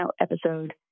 episode